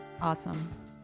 Awesome